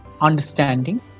understanding